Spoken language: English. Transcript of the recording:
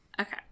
Okay